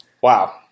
wow